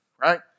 right